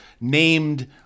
named